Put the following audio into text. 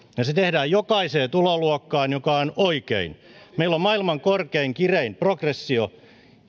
se tehdään jokaiseen tuloluokkaan mikä on oikein meillä on maailman korkein kirein progressio